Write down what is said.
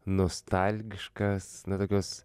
nostalgiškas na tokios